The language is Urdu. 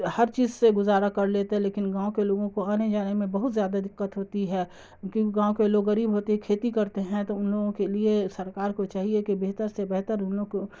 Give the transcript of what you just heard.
ہر چیز سے گزارا کر لیتے ہیں لیکن گاؤں کے لوگوں کو آنے جانے میں بہت زیادہ دقت ہوتی ہے کیوںکہ گاؤں کے لوگ غریب ہوتے ہیں کھیتی کرتے ہیں تو ان لوگوں کے لیے سرکار کو چاہیے کہ بہتر سے بہتر ان لوگوں کو